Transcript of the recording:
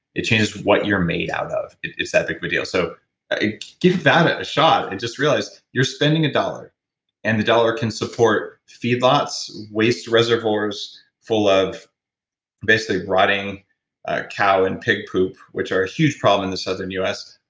it changes what you're made out of. it's that big of a deal. so give that a a shot, and just realize you're spending a dollar and a dollar can support feedlots, waste reservoirs full of basically rotting cow and pig poop, which are a huge problem in the southern us.